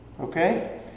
Okay